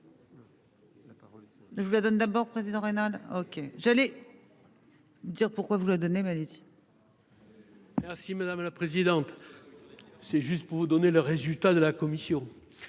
Je vous la donne d'abord président OK j'allais. Dire pourquoi vous le donnez. Malaisie. Merci madame la présidente. C'est juste pour vous donner le résultat de la commission.